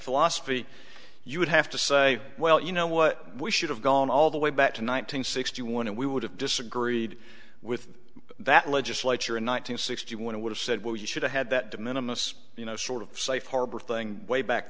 philosophy you would have to say well you know what we should have gone all the way back to nineteen sixty one and we would have disagreed with that legislature in one nine hundred sixty one would have said well you should have had that de minimus you know sort of safe harbor thing way back